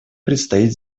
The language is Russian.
предстоит